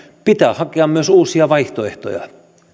pitää hakea myös uusia vaihtoehtoja